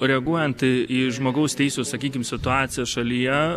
reaguojant į žmogaus teisų sakykim situaciją šalyje